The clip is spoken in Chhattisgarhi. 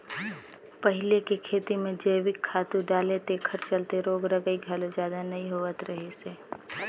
पहिले के खेती में जइविक खातू डाले तेखर चलते रोग रगई घलो जादा नइ होत रहिस हे